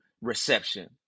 reception